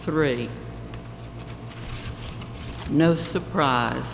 three no surprise